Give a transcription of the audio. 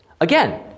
Again